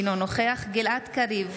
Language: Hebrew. אינו נוכח גלעד קריב,